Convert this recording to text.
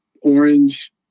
orange